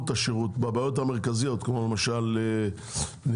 את השירות בבעיות המרכזיות כמו למשל נזילה,